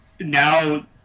now